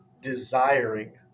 desiring